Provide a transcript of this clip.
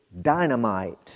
dynamite